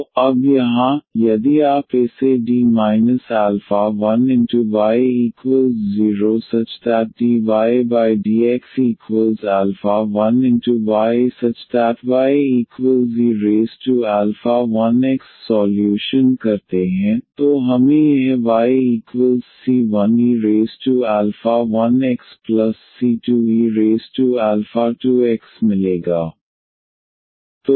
तो अब यहाँ यदि आप इसे y0⟹dydx1y⟹ye1x सॉल्यूशन करते हैं तो हमें यह yc1e1xc2e2x मिलेगा